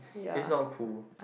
it's not cool